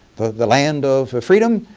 the land of freedom,